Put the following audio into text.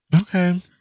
Okay